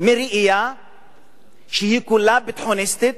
מראייה שכולה ביטחוניסטית,